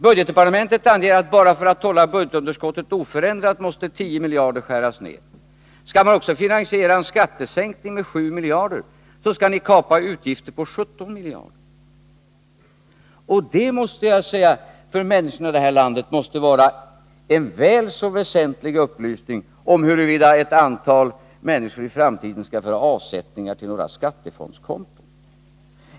Budgetdepartementet anger att bara för att hålla budgetunderskottet oförändrat måste man skära ned 10 miljarder. Skall man också finansiera en skattesänkning om 7 miljarder, måste man kapa utgifter på 17 miljarder. Och det är en väl så väsentlig upplysning för människorna i det här landet, om några av dem i framtiden vill kunna göra avsättningar till skattefondskonton.